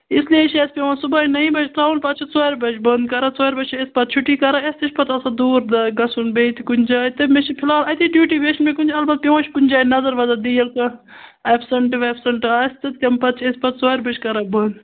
اسلیے چھُ اسہِ پیٚوان صُبحٲے نَیہِ بجہِ تراوُن پَتہ چھ ژورِ بَجہِ بند کَران ژورِ بجہ چھِ أسۍ پَتہ أسۍ چھُٹی کران اسہِ تہِ چھ پَتہٕ آسان دوٗر گَژھُن بیٚیہِ تہِ کُنہِ جایہِ تہٕ مےٚ چھِ پھلحال اتے ڈیوٗٹی بیٚیہ چھنہٕ مےٚ کُنہِ جایہِ البتہ پیٚوان چھ کُنہ جایہ نَظَر وَظَر دِنۍ کانٛہہ ایٚبسنٹ طابسعنتظ ویٚبسنٹ آسہِ تمہِ پَتہٕ چھِ أسۍ پَتہٕ ژورِ بَجہِ کران بند